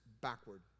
backward